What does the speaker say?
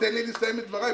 בבקשה, תן לי לסיים את דבריי.